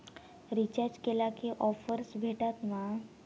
Recharge केला की offers भेटात मा?